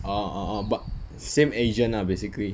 ah ah ah err but same agent lah basically